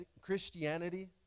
Christianity